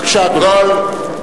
בבקשה, אדוני.